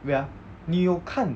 wait ah 你有看